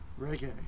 Reggae